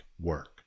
work